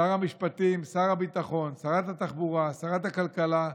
שר המשפטים, שר הביטחון, שרת התחבורה, שרת הכלכלה,